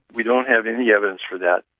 we don't have any evidence for that.